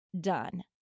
done